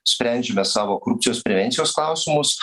sprendžiame savo korupcijos prevencijos klausimus